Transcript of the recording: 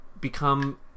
become